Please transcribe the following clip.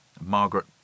Margaret